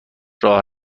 راه